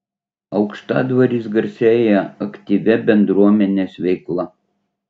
aukštadvaris garsėja aktyvia bendruomenės veikla